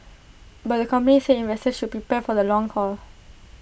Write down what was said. but the company said investors should be prepared for the long haul